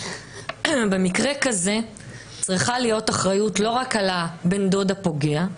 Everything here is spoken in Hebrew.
במקרה כזה צריכה להיות אחריות לא רק על הבן-דוד הפוגע,